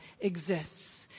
exists